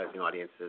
audiences